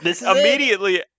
immediately